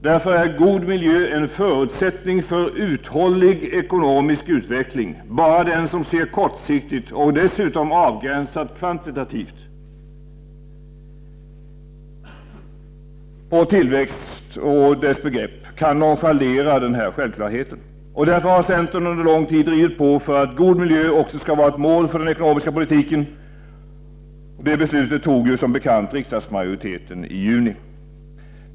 Därför är god miljö en förutsättning för uthållig ekonomisk utveckling. Bara den som ser kortsiktigt och dessutom avgränsat kvantitativt på tillväxt och dess begrepp kan nonchalera denna självklarhet. Därför har centern under lång tid drivit på för att ”god miljö” också skall vara ett mål för den ekonomiska politiken. Det beslutet fattade som bekant riksdagsmajoriteten i juni.